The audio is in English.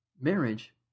Marriage